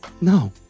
No